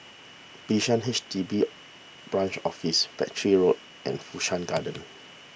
Bishan H D B Branch Office Battery Road and Fu Shan Garden